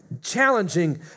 challenging